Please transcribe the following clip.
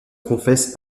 confesse